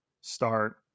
start